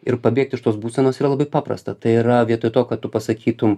ir pabėgt iš tos būsenos yra labai paprasta tai yra vietoj to kad tu pasakytum